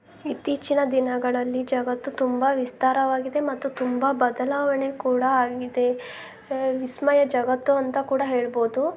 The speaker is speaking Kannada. ಇತ್ತೀಚಿನ ದಿನಗಳಲ್ಲಿ ಜಗತ್ತು ತುಂಬ ವಿಸ್ತಾರವಾಗಿದೆ ಮತ್ತು ತುಂಬ ಬದಲಾವಣೆ ಕೂಡ ಆಗಿದೆ ವಿಸ್ಮಯ ಜಗತ್ತು ಅಂತ ಕೂಡ ಹೇಳ್ಬೋದು